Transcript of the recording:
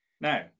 Now